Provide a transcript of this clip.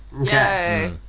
Okay